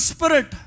Spirit